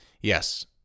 yes